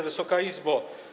Wysoka Izbo!